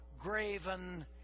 graven